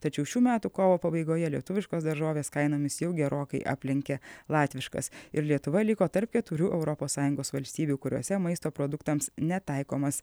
tačiau šių metų kovo pabaigoje lietuviškos daržovės kainomis jau gerokai aplenkė latviškas ir lietuva liko tarp keturių europos sąjungos valstybių kuriose maisto produktams netaikomas